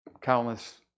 countless